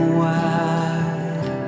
wide